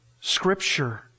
Scripture